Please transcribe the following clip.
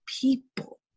people